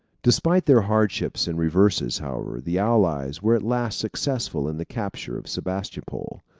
despite their hardships and reverses, however, the allies were at last successful in the capture of sebastopol.